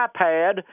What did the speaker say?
iPad